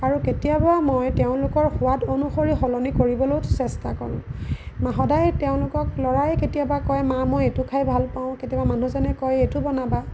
আৰু কেতিয়াবা মই তেওঁলোকৰ সোৱাদ অনুসৰি সলনি কৰিবলৈয়ো চেষ্টা কৰোঁ সদায় তেওঁলোকক ল'ৰাই কেতিয়াবা কয় মা মই এইটো খাই ভাল পাওঁ কেতিয়াবা মানুহজনে কয় এইটো বনাবা